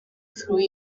through